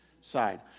side